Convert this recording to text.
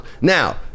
now